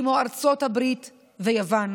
כמו ארצות הברית וברזיל.